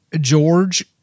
George